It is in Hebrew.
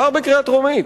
עבר בקריאה טרומית.